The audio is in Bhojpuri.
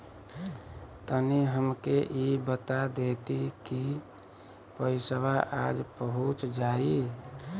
तनि हमके इ बता देती की पइसवा आज पहुँच जाई?